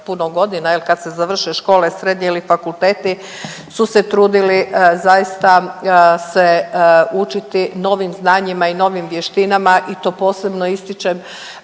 puno godina jel kad se završe škole srednje ili fakulteti su se trudili zaista se učiti novim znanjima i novim vještinama i to posebno ističem